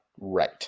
right